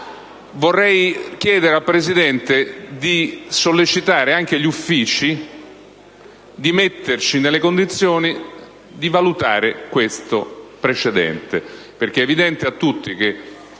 Vorrei chiedere al Presidente di sollecitare anche gli Uffici al fine di metterci nelle condizioni di valutare questo precedente, perché è evidente a tutti che